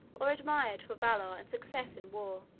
or admired for valor and success in war,